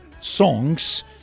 songs